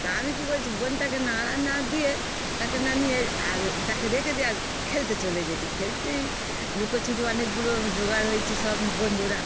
তা আমি কি করেছি বোনটাকে নাড়া না দিয়ে তাকে না নিয়ে আর তাকে রেখে দিয়ে আর খেলতে চলে গেছি খেলতে লুকোচুরি অনেকগুলো জোগাড় হয়েছে সব বন্ধুরা